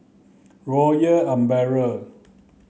Royal Umbrella